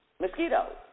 Mosquitoes